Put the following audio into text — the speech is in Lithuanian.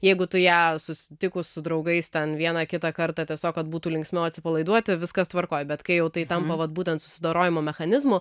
jeigu tu ją susitikus su draugais ten vieną kitą kartą tiesiog kad būtų linksmiau atsipalaiduoti viskas tvarkoj bet kai jau tai tampa vat būtent susidorojimo mechanizmu